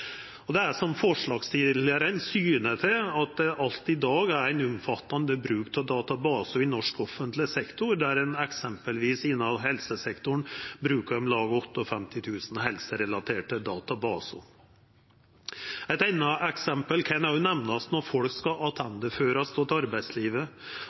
Det er – som forslagsstillarane syner til – alt i dag ein omfattande bruk av databasar i norsk offentleg sektor, der ein eksempelvis innan helsesektoren bruker om lag 58 000 helserelaterte databasar. Eit anna eksempel kan òg nemnast: Når folk skal